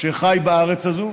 שחי בארץ הזאת,